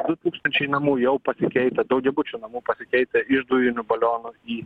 du tūkstančiai namų jau pasikeitę daugiabučių namų pasikeitę iš dujinių balionų į